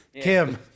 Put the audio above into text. Kim